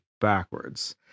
backwards